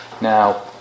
Now